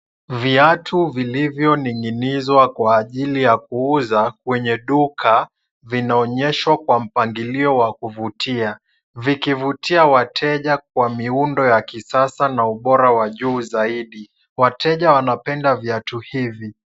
Viatu vilivyoning'inizwa kwa ajili ya kuuza kwenye duka, vinaonyeshwa kwa mpangilio wa kuvutia. Vikivutia wateja kwa miundo ya kisasa na ubora wa juu zaidi. Wateja wanapenda viatu hivi.